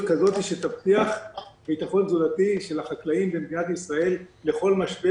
כזאת שתבטיח ביטחון תזונתי על ידי החקלאים במדינת ישראל לכל משבר,